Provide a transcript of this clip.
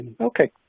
okay